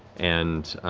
and